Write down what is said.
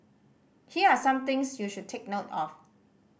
here are some things you should take note of